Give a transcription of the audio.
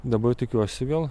dabar tikiuosi vėl